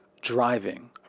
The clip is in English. driving